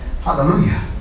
Hallelujah